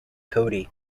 cody